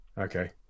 Okay